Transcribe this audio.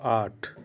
आठ